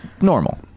normal